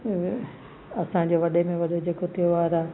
असांजे वॾे में वॾे जेको त्योहारु आहे